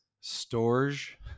storage